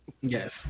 Yes